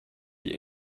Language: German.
die